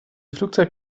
flugzeit